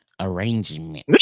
arrangement